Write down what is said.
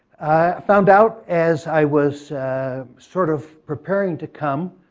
i found out as i was sort of preparing to come,